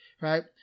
right